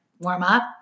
warm-up